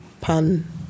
pun